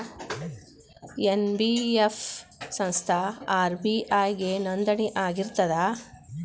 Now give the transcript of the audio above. NBF ಸಂಸ್ಥಾ RBI ಗೆ ನೋಂದಣಿ ಆಗಿರ್ತದಾ?